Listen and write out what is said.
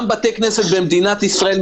גם בתי כנסת במדינת ישראל,